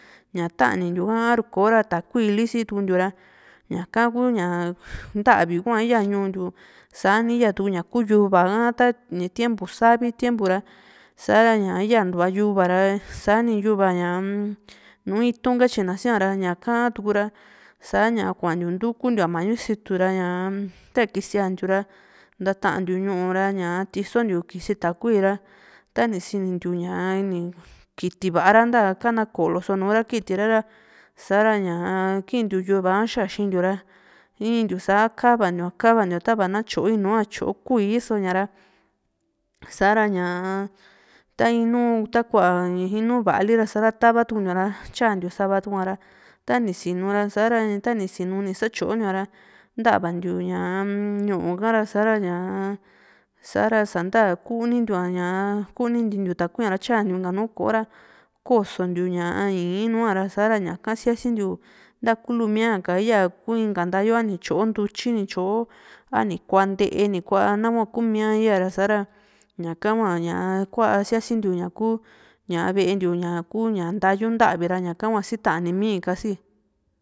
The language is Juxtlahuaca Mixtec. ña´a tanintiu a ruko ra takui li siitukuntiu ra ñaka kuña ntavi hua yaa ñuu ntiu sani yaa tuku ña ku yuvaa tani tiempo savi tiempo ra sa´ra yantua yuva ra sani yuva ña nuu itu´n katyina siara ñaka tukura sa´ña kuantiu ntukuntiu ña mañu situra ñaa taa kisiantiu ra ntatantiu ñu´u ra tisontiu takui ra tani sinintiu ña kiti va´ra ntaa kana ko´lo so nura kitira ra sa´ra ñaa kintiu yuva ha xaxintiu ra intiu sa kava ntiua kava ntiua tava na tyo nua tyo kuíí so´ña ra sa´ra ña ta inuu takua in nu´u va´li ra sa tavatukuntiua ra tyantiu sava tukuara tani sinura sa´ra tani sinu ni satyontua ra ntavantiu ñaa ñu´u kara ñaa sa´ra sa´nta kunintiua ña kunintintiu takui ra tyantiu ña nùù ko´o ra kosontiu ña ii´n nua ra sa´ra ñaka yasintiu ntakuli míaka yaa kuu inka ntayu a nityo ntutyi ni tyo a ni kua nte´e ni kua nikua nahua kumía yaa ra sa´ra ñaka hua kua´a síasintiu